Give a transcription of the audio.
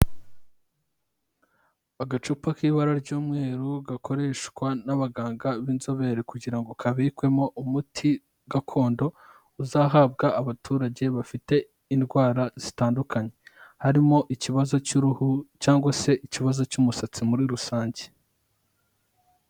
Agacupa k'ibara ry'umweru gakoreshwa n'abaganga b'inzobere kugira ngo kabikwemo umuti gakondo, uzahabwa abaturage bafite indwara zitandukanye. Harimo ikibazo cy'uruhu cyangwa se ikibazo cy'umusatsi muri rusange.